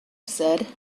said